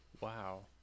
Wow